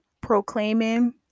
proclaiming